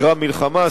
גרם מלחמה,